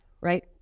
right